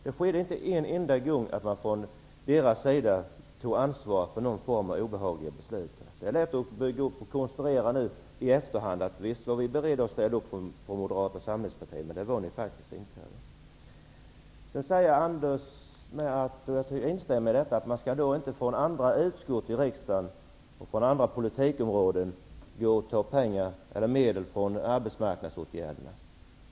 Det skedde inte en enda gång att man från Moderaternas sida tog ansvar för någon form av obehagliga beslut. Det är lätt att i efterhand säga att man från Moderata samlingspartiets sida var beredd att ställa upp. Men det var man inte. Sedan säger Anders G Högmark, vilket jag instämmer i, att man från andra utskott i riksdagen och från andra politikområden inte skall ta medel som är avsedda för arbetsmarknadsåtgärderna.